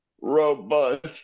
robust